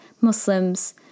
Muslims